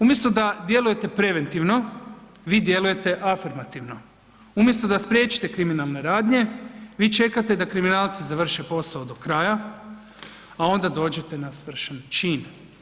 Umjesto da djelujete preventivno, vi djelujete afirmativno, umjesto da spriječite kriminalne radnje, vi čekate da kriminalci završe posao do kraja, a onda dođete na svršen čin.